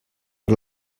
per